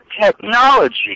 technology